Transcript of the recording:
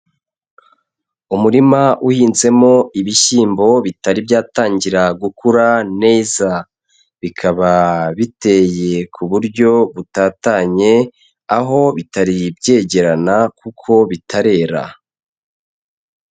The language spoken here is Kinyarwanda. Umurima uhinzemo ibishyimbo bitari byatangira gukura neza, bikaba biteye ku buryo butatanye aho bitari byegerana kuko bitarera.